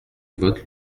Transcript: vote